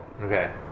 Okay